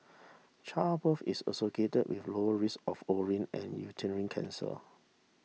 childbirth is associated with low risk of ovarian and uterine cancer